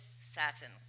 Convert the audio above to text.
satin